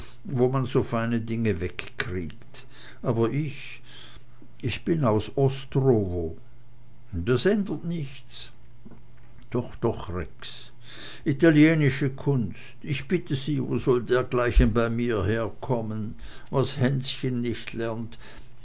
wo man so feine dinge wegkriegt aber ich ich bin aus ostrowo das ändert nichts doch doch rex italienische kunst ich bitte sie wo soll dergleichen bei mir herkommen was hänschen nicht lernt